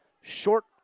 short